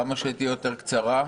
ככל שתהיה קצרה יותר,